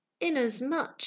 Inasmuch